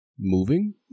moving